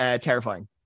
terrifying